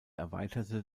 erweiterte